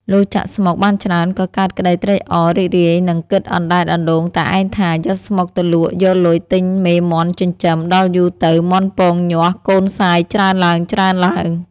លុះចាក់ស្មុគបានច្រើនក៏កើតក្តីត្រេកអររីករាយនឹកគិតអណ្តែតអណ្តូងតែឯងថា យកស្មុគទៅលក់យកលុយទិញមេមាន់ចិញ្ចឹម ដល់យូរទៅមាន់ពងញាស់ កូនសាយច្រើនឡើងៗ។